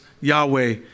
Yahweh